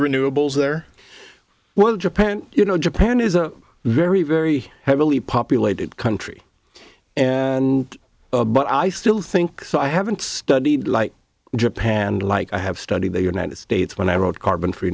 renewables they're well japan you know japan is a very very heavily populated country and but i still think so i haven't studied like japan like i have studied the united states when i wrote car